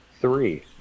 Three